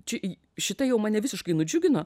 čia į šita jau mane visiškai nudžiugino